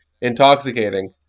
Intoxicating